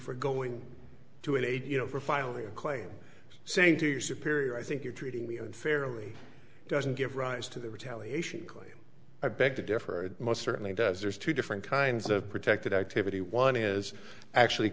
for going to aid you know for filing a claim saying to your superior i think you're treating me unfairly doesn't give rise to the retaliation claim i beg to differ most certainly does there's two different kinds of protected activity one is actually